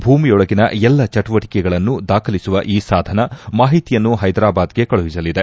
ಭೂಮಿಯೊಳಗಿನ ಎಲ್ಲ ಚಟುವಟಿಕೆಯನ್ನು ದಾಖಲಿಸುವ ಈ ಸಾಧನ ಮಾಹಿತಿಯನ್ನು ಹೈದರಾಬಾದ್ಗೆ ಕಳುಹಿಸಲಿದೆ